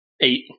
eight